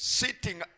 sitting